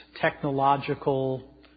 technological